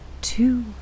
two